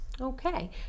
okay